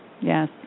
Yes